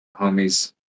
homies